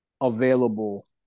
available